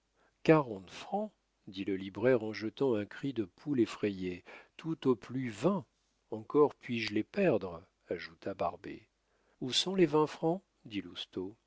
quarante francs dit le libraire en jetant un cri de poule effrayée tout au plus vingt encore puis-je les perdre ajouta barbet où sont les vingt francs dit